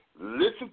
Listen